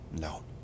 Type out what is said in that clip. no